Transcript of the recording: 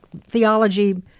theology